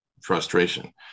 frustration